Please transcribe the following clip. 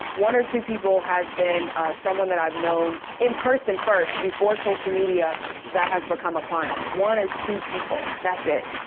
one or two people has been someone that i've known in person first before social media that has become a client, one or two people. that's it.